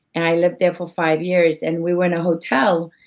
and i lived there for five years. and we were in a hotel,